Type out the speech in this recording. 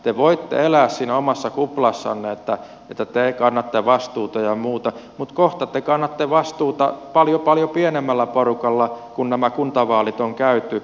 te voitte elää siinä omassa kuplassanne että te kannatte vastuuta ja muuta mutta kohta te kannatte vastuuta paljon paljon pienemmällä porukalla kun nämä kuntavaalit on käyty